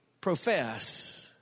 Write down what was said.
profess